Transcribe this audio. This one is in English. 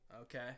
Okay